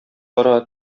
бара